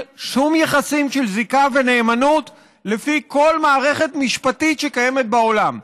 שום יחסים של זיקה ונאמנות לפי כל מערכת משפטית שקיימת בעולם.